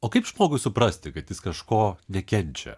o kaip žmogui suprasti kad jis kažko nekenčia